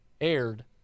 aired